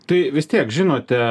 tai vis tiek žinote